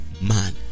man